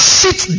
sit